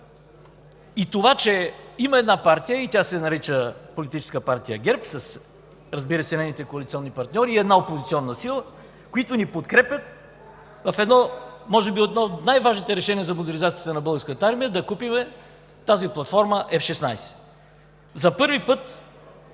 и това, че има една партия и тя се нарича Политическа партия ГЕРБ, разбира се, с нейните коалиционни партньори, и една опозиционна сила, които ни подкрепят в едно може би от най-важните решения за модернизацията на Българската армия – да купим платформата F-16. За първи път